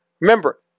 Remember